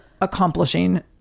accomplishing